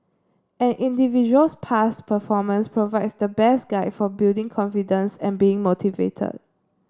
an individual's past performance provides the best guide for building confidence and being motivated